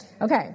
Okay